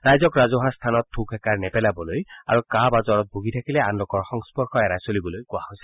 ৰাইজক ৰাজহুৱা স্থানত থু খেকাৰ নেপেলাবলৈ আৰু কাঁহ বা জৰত ভুগি থাকিলে আন লোকৰ সংস্পৰ্শ এৰাই চলিবলৈ কোৱা হৈছে